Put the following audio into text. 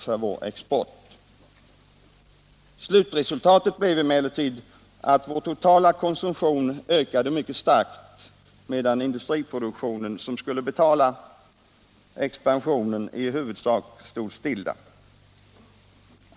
Slutresultatet blev emellertid att vår totala konsumtion ökade mycket starkt, medan industriproduktionen — som skulle betala expansionen — i huvudsak stod stilla.